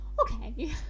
Okay